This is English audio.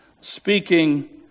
speaking